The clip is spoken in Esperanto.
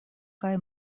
kaj